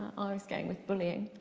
i was going with bullying.